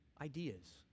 ideas